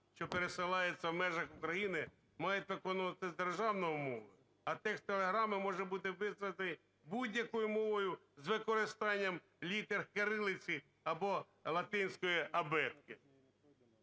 що пересилаються в межах України, мають виконуватися державною мовою". А "текст телеграми може бути написаний будь-якою мовою з використанням літер кирилиці або латинської абетки".